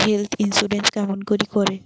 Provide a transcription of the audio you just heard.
Health insurance কেমন করি করে?